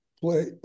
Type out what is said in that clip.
play